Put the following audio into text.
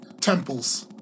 temples